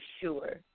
sure